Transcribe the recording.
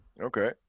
Okay